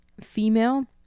female